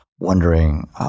wondering